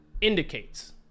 indicates